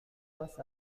خاص